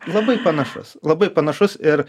labai panašus labai panašus ir